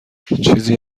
چیزی